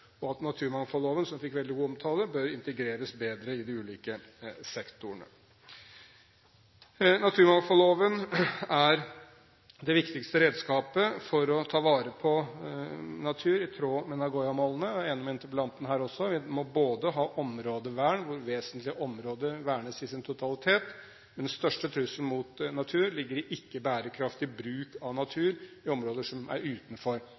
og at naturmangfoldloven, som fikk veldig god omtale, bør integreres bedre i de ulike sektorene. Naturmangfoldloven er det viktigste redskapet for å ta vare på natur i tråd med Nagoya-målene. Jeg er enig med interpellanten her også i at vi må ha områdevern, hvor vesentlige områder vernes i sin totalitet. Den største trusselen mot natur ligger i ikke-bærekraftig bruk av natur i områder som er utenfor